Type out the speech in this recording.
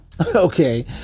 Okay